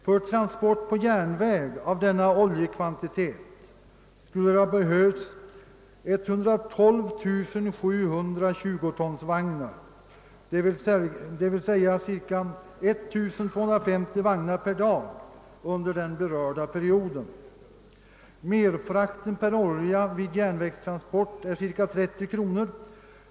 För transport på järnväg av denna oljekvantitet skulle det ha behövts 112 700 tjugotonsvagnar, d.v.s. ca 1250 vagnar per dag under den berörda perioden. Merfrakten per ton olja vid järnvägstransport är ca 30 kronor.